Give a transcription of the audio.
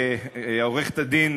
עורכת-הדין,